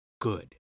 good